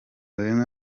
bimwe